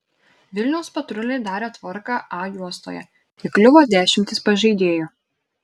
vilniaus patruliai darė tvarką a juostoje įkliuvo dešimtys pažeidėjų